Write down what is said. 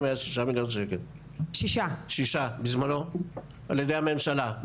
היה כ-6 מיליון שקלים בזמנו על ידי הממשלה,